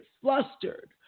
flustered